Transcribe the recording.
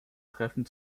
treffen